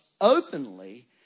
openly